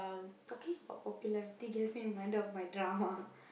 okay got popularity gets me reminded of my drama